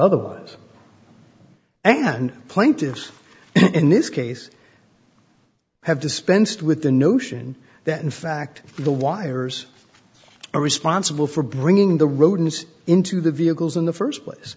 others and plaintiffs in this case have dispensed with the notion that in fact the wires are responsible for bringing the rodents into the vehicles in the st place